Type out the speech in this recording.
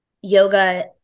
yoga